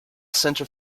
center